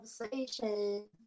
Conversation